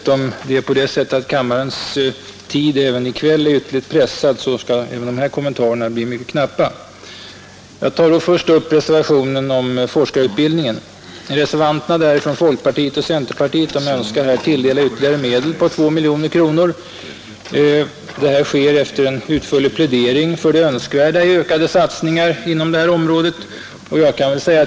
Då kammarens tidsschema även i kväll är ytterligt pressat, skall också dessa kommentarer bli mycket knappa. Jag tar först upp reservationen om forskarutbildningen. Reservanterna från folkpartiet och centerpartiet önskar här tilldela ytterligare medel på 2 miljoner kronor. Detta sker efter en utförlig plädering för det önskvärda i ökade satsningar inom detta område.